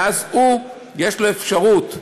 ואז יש לו אפשרות,